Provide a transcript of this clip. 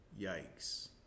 Yikes